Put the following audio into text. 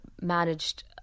managed